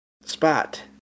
spot